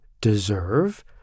deserve